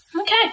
Okay